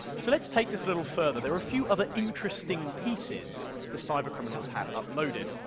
so let's take this a little further. there are a few other interesting pieces the cybercriminals had uploaded.